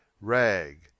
Rag